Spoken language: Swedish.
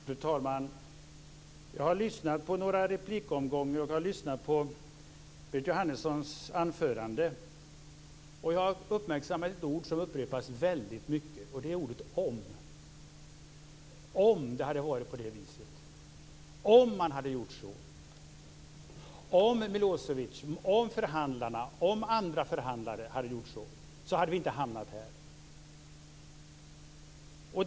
Fru talman! Jag har lyssnat på några replikomgångar, och jag har lyssnat på Berit Jóhannessons anförande. Jag har uppmärksammat ett ord som upprepas väldigt mycket. Det är ordet "om". Hon säger "om det hade varit på det viset", "om man hade gjort så" och "om Milosevic och andra förhandlare hade gjort så hade vi inte hamnat här".